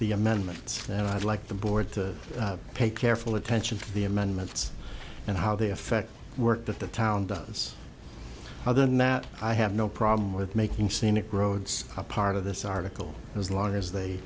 the amendments and i'd like the board to pay careful attention to the amendments and how they affect the work that the town does other than that i have no problem with making scenic roads part of this article as long as they